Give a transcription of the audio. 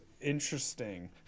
interesting